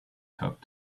helped